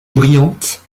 brillante